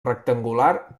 rectangular